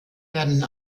werden